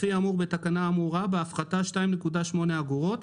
לפי האמור בתקנה האמורה בהפחתת 2.8 אגורות,